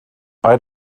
bei